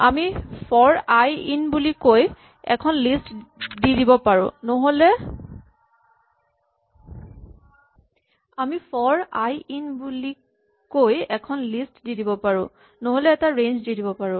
আমি for i in বুলি কৈ এখন লিষ্ট দি দিব পাৰো নহ'লে এটা ৰেঞ্জ দি দিব পাৰো